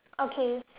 okay